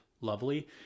lovely